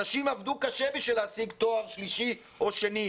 אנשים עבדו קשה כדי להשיג תואר שלישי או שני.